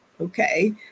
okay